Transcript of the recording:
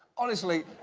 honestly,